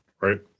right